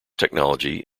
technology